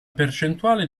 percentuale